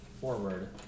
forward